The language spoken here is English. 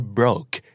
broke